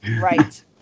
right